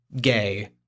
gay